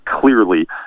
clearly